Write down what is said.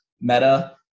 Meta